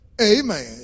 Amen